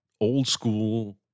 old-school